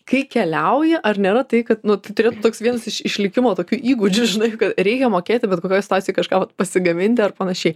kai keliauji ar nėra tai kad nu tu turi toks vienas iš išlikimo tokių įgūdžių žinai kad reikia mokėti bet kokioj stadijoj kažką pasigaminti ar panašiai